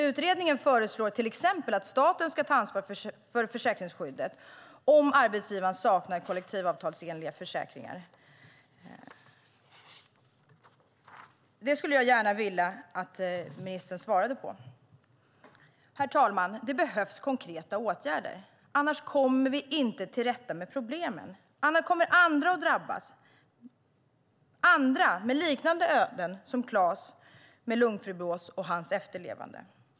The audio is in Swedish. Utredningen föreslår till exempel att staten ska ta ansvar för försäkringsskyddet om arbetsgivaren saknar kollektivavtalsenliga försäkringar. Det skulle jag gärna vilja att ministern svarar på. Herr talman! Det behövs konkreta åtgärder, annars kommer vi inte till rätta med problemen. Annars kommer andra att drabbas, andra med liknande öden som Klas med lungfibros och hans efterlevande.